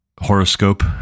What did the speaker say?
horoscope